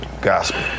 gospel